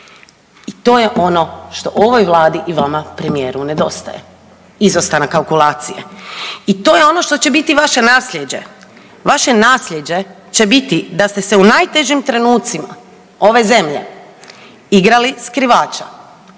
I to je ono što ovoj Vladi i vama premijeru nedostaje izostanak kalkulacije. I to je ono što će biti vaše naslijeđe. Vaše naslijeđe će biti da ste se u najtežim trenucima ove zemlje igrali skrivača,